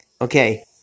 Okay